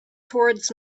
towards